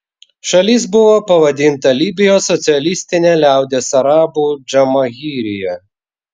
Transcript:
šalis buvo pavadinta libijos socialistine liaudies arabų džamahirija